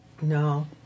No